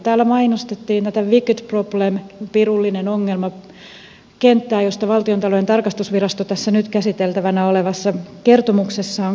täällä mainostettiin tätä wicked problem pirullinen ongelma kenttää josta valtiontalouden tarkastusvirasto tässä nyt käsiteltävänä olevassa kertomuksessaan kertoo